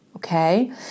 okay